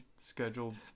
scheduled